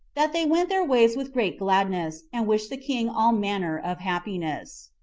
that they went their ways with great gladness, and wished the king all manner of happiness.